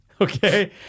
Okay